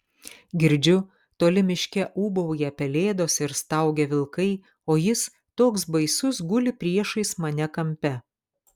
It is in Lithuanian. girdžiu toli miške ūbauja pelėdos ir staugia vilkai o jis toks baisus guli priešais mane kampe